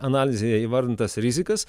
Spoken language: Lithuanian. analizėje įvardintas rizikas